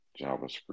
JavaScript